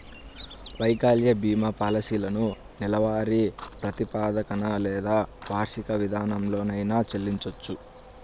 వైకల్య భీమా పాలసీలను నెలవారీ ప్రాతిపదికన లేదా వార్షిక విధానంలోనైనా చెల్లించొచ్చు